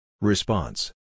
Response